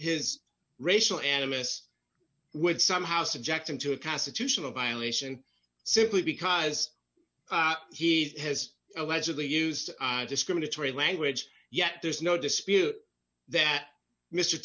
his racial animus would somehow subject him to a constitutional violation simply because he has allegedly used discriminatory language yet there's no dispute that mr